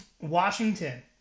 Washington